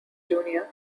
junior